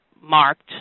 marked